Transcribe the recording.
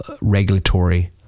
regulatory